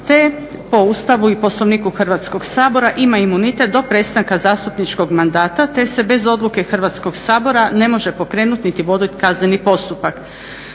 te po Ustavu i Poslovniku Hrvatskog sabora ima imunitet do prestanka zastupničkog mandata te se bez odluke Hrvatskog sabora ne može pokrenut niti vodit kazneni postupak.